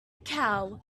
cow